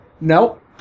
Nope